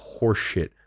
horseshit